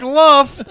love